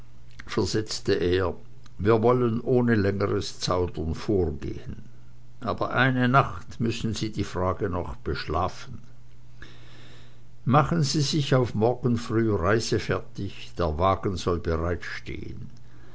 versetzte er wir wollen ohne längeres zaudern vorgehen aber eine nacht müssen sie die frage noch beschlafen machen sie sich auf morgen früh reisefertig der wagen soll